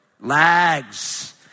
Lags